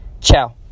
Ciao